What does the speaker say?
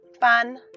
fun